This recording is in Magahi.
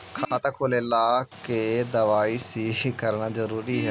खाता खोले ला के दवाई सी करना जरूरी है?